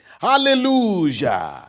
hallelujah